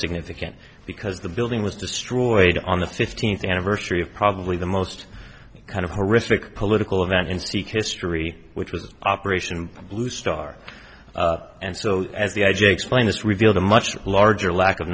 significant because the building was destroyed on the fifteenth anniversary of probably the most kind of horrific political event and speak history which was operation blue star and so as the i j explain this revealed a much larger lack of